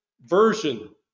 version